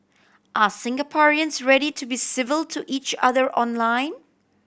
are Singaporeans ready to be civil to each other online